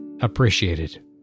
appreciated